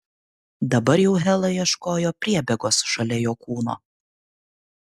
dabar jau hela ieškojo priebėgos šalia jo kūno